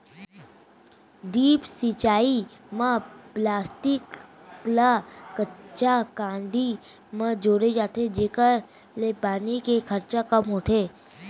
drip सिंचई म plastic ल कच्चा कांदी म जोड़े जाथे जेकर ले पानी के खरचा कम होथे